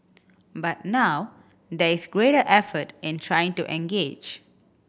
but now there is greater effort in trying to engage